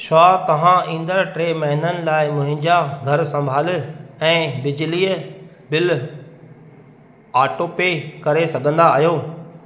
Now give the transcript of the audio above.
छा तव्हां ईंदड़ टे महिननि लाइ मुंहिंजा घर संभाले ऐं बिजलीअ बिल ऑटोपे करे सघंदा आहियो